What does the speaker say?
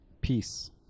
peace